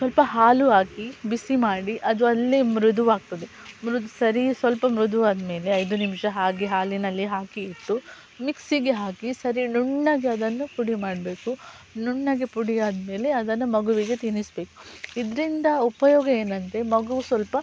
ಸ್ವಲ್ಪ ಹಾಲು ಹಾಕಿ ಬಿಸಿ ಮಾಡಿ ಅದು ಅಲ್ಲೇ ಮೃದು ಆಗ್ತದೆ ಮೃದು ಸರಿ ಸ್ವಲ್ಪ ಮೃದು ಆದ್ಮೇಲೆ ಐದು ನಿಮಿಷ ಹಾಗಿ ಹಾಲಿನಲ್ಲಿ ಹಾಕಿ ಇತ್ತು ಮಿಕ್ಸಿಗೆ ಹಾಕಿ ಸರಿ ನುಣ್ಣಗೆ ಅದನ್ನು ಪುಡಿ ಮಾಡಬೇಕು ನುಣ್ಣಗೆ ಪುಡಿಯಾದ್ಮೇಲೆ ಅದನ್ನ ಮಗುವಿಗೆ ತಿನ್ನಿಸ್ಬೇಕು ಇದರಿಂದ ಉಪಯೋಗ ಏನೆಂದರೆ ಮಗು ಸ್ವಲ್ಪ